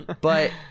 but-